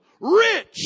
rich